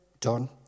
done